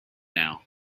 now